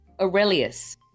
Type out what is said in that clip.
Aurelius